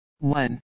one